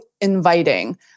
inviting